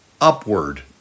upward